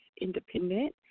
independent